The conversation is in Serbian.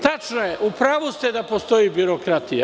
Tačno je i u pravu ste da postoji birokratija.